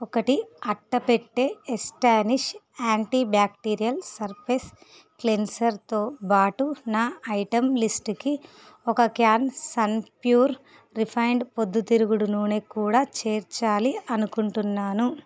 ఒకటి అట్టపెట్టె Astonish antibacterial surface క్లెన్సర్తో బాటు నా ఐటెం లిస్టుకి ఒక క్యాను సన్ ప్యూర్ రిఫైండ్ పొద్దుతిరుగుడు నూనె కూడా చేర్చాలి అనుకుంటున్నాను